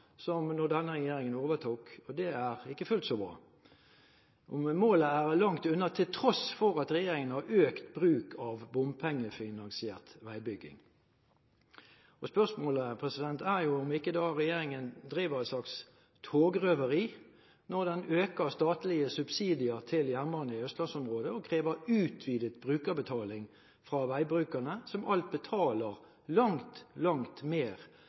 som da denne regjeringen overtok, og det er ikke fullt så bra. Målet er langt unna til tross for at regjeringen har økt bruk av bompengefinansiert veibygging. Spørsmålet er jo om ikke regjeringen driver et slags togrøveri når den øker statlige subsidier til jernbane i Østlandsområdet og krever utvidet brukerbetaling for veibrukerne, som alt betaler langt mer